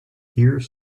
here